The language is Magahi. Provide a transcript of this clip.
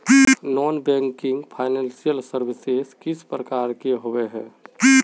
नॉन बैंकिंग फाइनेंशियल सर्विसेज किस प्रकार के होबे है?